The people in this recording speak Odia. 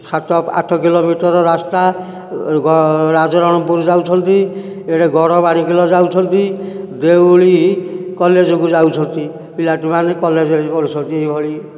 ସାତ ଆଠ କିଲୋମିଟର ରାସ୍ତା ରାଜରଣପୁର ଯାଉଛନ୍ତି ଇଏ ବଡ଼ ବାଡ଼ିକିଲ ଯାଉଛନ୍ତି ଦେଉଳି କଲେଜକୁ ଯାଉଛନ୍ତି ପିଲାଟି ମାନେ କଲେଜରେ ପଢ଼ୁଛନ୍ତି ଏହିଭଳି